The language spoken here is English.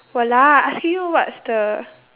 !walao! I asking you what's the